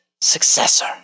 successor